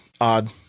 odd